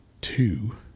two